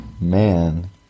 man